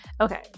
okay